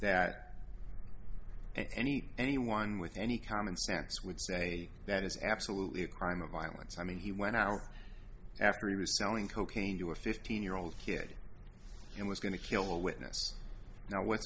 that any anyone with any common sense would say that is absolutely a crime of violence i mean he went out after he was selling cocaine to a fifteen year old kid and was going to kill a witness now